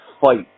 fight